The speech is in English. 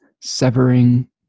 severing